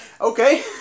Okay